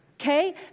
Okay